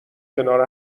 کنار